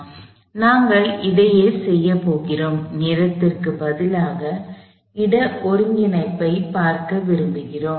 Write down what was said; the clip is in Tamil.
எனவே நாங்கள் அதையே செய்யப் போகிறோம் நேரத்திற்குப் பதிலாக இட ஒருங்கிணைப்பைப் பார்க்க விரும்புகிறோம்